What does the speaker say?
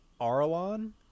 Arlon